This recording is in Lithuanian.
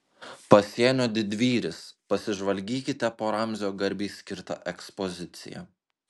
pasienio didvyris pasižvalgykite po ramzio garbei skirtą ekspoziciją